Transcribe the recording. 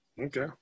Okay